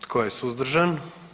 Tko je suzdržan?